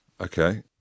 Okay